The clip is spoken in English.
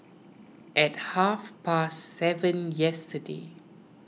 at half past seven yesterday